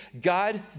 God